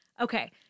Okay